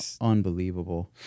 Unbelievable